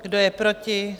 Kdo je proti?